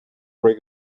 break